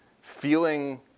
feeling